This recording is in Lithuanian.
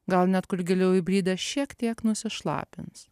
gal net kur giliau įbridęs šiek tiek nusišlapins